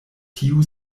tiu